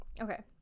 Okay